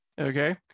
okay